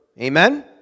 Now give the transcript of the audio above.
Amen